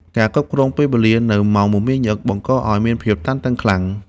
ការគ្រប់គ្រងពេលវេលានៅម៉ោងមមាញឹក បង្កឱ្យមានភាពតានតឹងខ្លាំង។